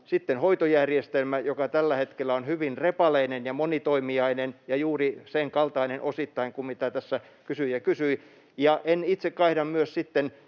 hoitojärjestelmää, joka tällä hetkellä on hyvin repaleinen ja monitoimijainen ja juuri senkaltainen osittain kuin mitä tässä kysyjä kysyi, ja en itse kaihda